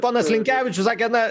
ponas linkevičius sakė na